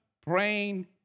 praying